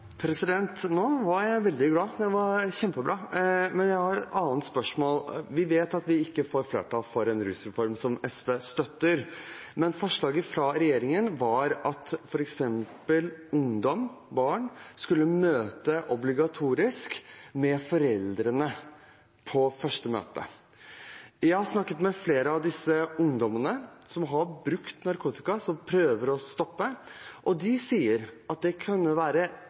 vet at vi ikke får flertall for en rusreform som SV støtter, men forslaget fra regjeringen var f.eks. at ungdom og barn skulle møte obligatorisk med foreldrene på første møte. Jeg har snakket med flere av disse ungdommene som har brukt narkotika og prøver å stoppe, og de sier at det kunne være